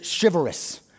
chivalrous